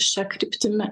šia kryptimi